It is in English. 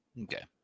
Okay